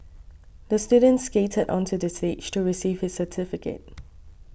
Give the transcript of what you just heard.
the student skated onto the stage to receive his certificate